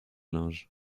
linge